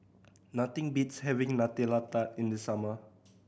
nothing beats having Nutella Tart in the summer